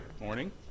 morning